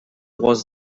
was